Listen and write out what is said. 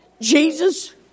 Jesus